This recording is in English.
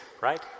right